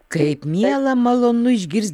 kaip miela malonu išgirst